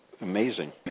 amazing